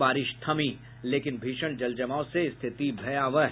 बारिश थमी लेकिन भीषण जलजामव से स्थिति भयावाह